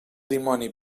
dimoni